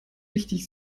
wichtig